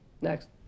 Next